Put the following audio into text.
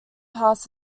pass